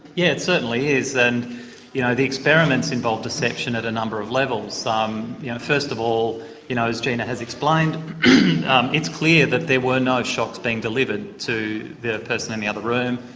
yeah it certainly is and you know the experiments involved deception at a number of levels. um yeah first of all you know as gina has explained it's clear that there were no shocks being delivered to the person in the other room,